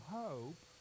hope